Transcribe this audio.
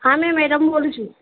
હા મેમ બોલું છું